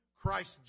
Christ